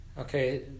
Okay